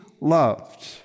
loved